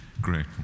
Great